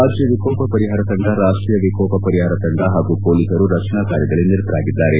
ರಾಜ್ಯ ವಿಕೋಪ ಪರಿಹಾರ ತಂಡ ರಾಷ್ಟೀಯ ವಿಕೋಪ ಪರಿಹಾರ ತಂಡ ಹಾಗೂ ಪೊಲೀಸರು ರಕ್ಷಣಾ ಕಾರ್ಯದಲ್ಲಿ ನಿರತರಾಗಿದ್ದಾರೆ